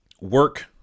work